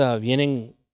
vienen